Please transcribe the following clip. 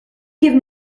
give